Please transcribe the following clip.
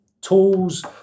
tools